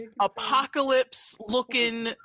apocalypse-looking